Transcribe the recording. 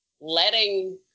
letting